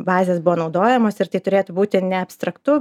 bazės buvo naudojamos ir tai turėtų būti neabstraktu